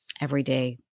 everyday